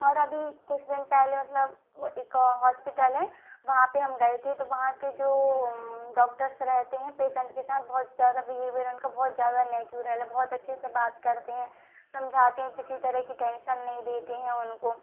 और अभी कुछ दिन पहले मतलब वहां एक हास्पिटल है वहां पे हम गए थे तो वहां के जो डाक्टर्स रहते हैं पेशेंट के साथ बहुत ज़्यादा बिहेवियर उनका बहुत ज़्यादा नेचुरल है बहुत अच्छे से बात करते हैं समझाते हैं किसी तरह की टेंशन नहीं देते हैं उनको